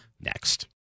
next